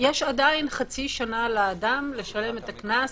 יש עדיין חצי שנה לאדם לשלם את הקנס,